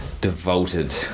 devoted